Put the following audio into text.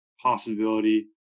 possibility